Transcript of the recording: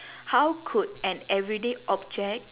how could an everyday object